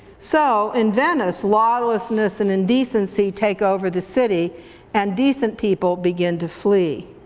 so in venice lawlessness and indecency take over the city and decent people begin to flee.